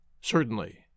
Certainly